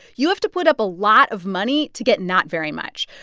you have to put up a lot of money to get not very much.